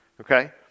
okay